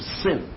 sin